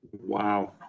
Wow